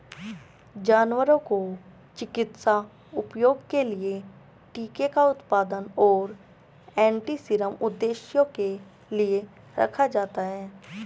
जानवरों को चिकित्सा उपयोग के लिए टीके का उत्पादन और एंटीसीरम उद्देश्यों के लिए रखा जाता है